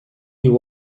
you